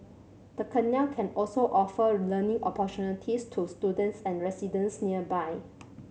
the canal can also offer learning opportunities to students and residents nearby